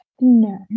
No